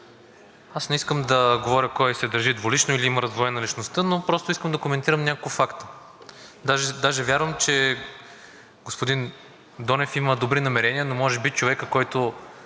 аз не искам да говоря кой се държи двулично или му е раздвоена личността, но просто искам да коментирам няколко факта. Даже вярвам, че господин Донев има добри намерения, но може би човекът, който